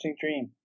dream